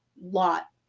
lot